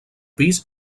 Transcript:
pis